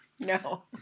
No